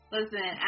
Listen